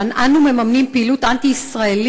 שאנו בעצם מממנים פעילות אנטי-ישראלית